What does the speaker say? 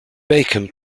bacon